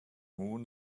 moon